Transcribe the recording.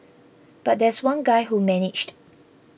but there's one guy who managed